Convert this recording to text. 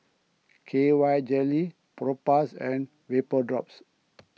K Y Jelly Propass and Vapodrops